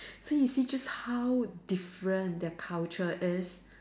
see you see just how different their culture is